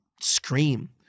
scream